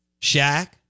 Shaq